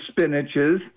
spinaches